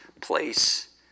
place